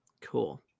Cool